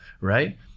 right